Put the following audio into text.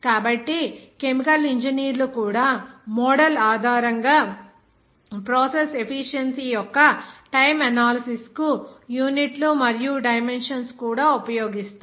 కాబట్టి కెమికల్ ఇంజనీర్లు కూడా మోడల్ ఆధారంగా ప్రాసెస్ ఎఫీషియెన్సీ యొక్క టైమ్ ఎనాలిసిస్ కు యూనిట్లు మరియు డైమెన్షన్స్ కూడా ఉపయోగిస్తారు